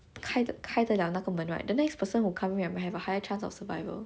开得开得了那个门 right the next person who come in have a higher chance of survival